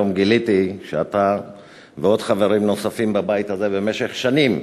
היום גיליתי שאתה ועוד חברים בבית הזה במשך שנים